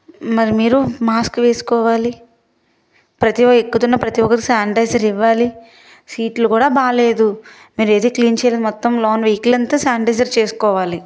మరి మీరు మాస్క్ వేసుకోవాలి ప్రతీ ఒక ఎక్కుతున్న ప్రతీ ఒక్కరికి శానిటైజర్ ఇవ్వాలి సీట్లు కూడా బాగాలేదు మీరైతే క్లీన్ చేయలేదు మొత్తం లోన వెహికలంతా శానిటైజ్ చేసుకోవాలి